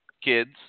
kids